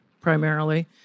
primarily